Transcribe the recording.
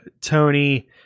Tony